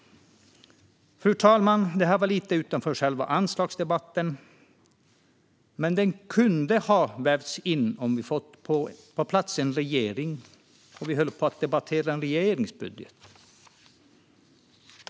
Fru talman! Detta var lite utanför själva anslagsdebatten, men det kunde ha vävts in om vi hade fått på plats en regering och höll på att debattera en regeringsbudget.